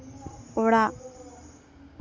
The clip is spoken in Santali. ᱚᱲᱟᱜ